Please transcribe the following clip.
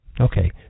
Okay